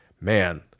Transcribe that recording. man